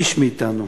איש מאתנו.